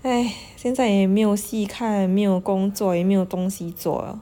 !hais! 现在也没有戏看没有工作也没有东西做